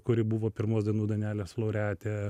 kuri buvo pirmos dainų dainelės laureatė